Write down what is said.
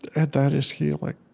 and that is healing